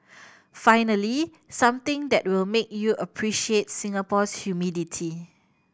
finally something that will make you appreciate Singapore's humidity